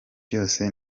byose